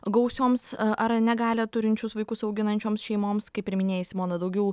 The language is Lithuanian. gausioms a ar negalią turinčius vaikus auginančioms šeimoms kaip ir minėjai simona daugiau